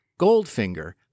Goldfinger